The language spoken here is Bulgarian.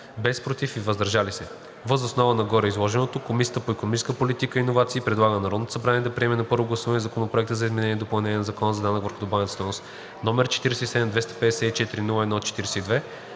без „против“ и без „въздържал се“. Въз основа на гореизложеното Комисията по икономическа политика и иновации предлага на Народното събрание да приеме на първо гласуване Законопроект за изменение и допълнение на Закона за данък върху добавената стойност, № 47-254-01-42,